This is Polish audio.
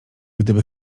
gdyby